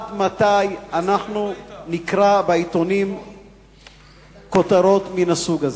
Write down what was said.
אני שואל את עצמי עד מתי אנחנו נקרא בעיתונים כותרות מהסוג הזה.